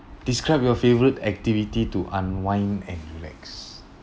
describe your favorite activity to unwind and relax